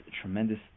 tremendous